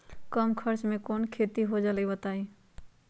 कम खर्च म कौन खेती हो जलई बताई?